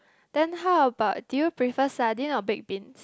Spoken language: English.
then how about do you prefer sardine or baked beans